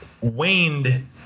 waned